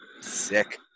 Sick